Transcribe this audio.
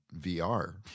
VR